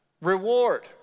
reward